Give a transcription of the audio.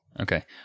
Okay